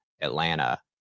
Atlanta